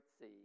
sea